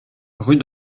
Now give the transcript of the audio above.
rue